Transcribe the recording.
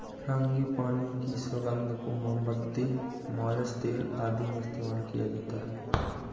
frangipani की सुगंध को मोमबत्ती, मालिश तेल आदि में इस्तेमाल किया जाता है